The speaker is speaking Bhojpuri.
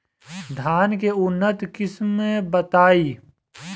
धान के उन्नत किस्म बताई?